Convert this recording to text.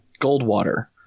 Goldwater